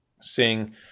seeing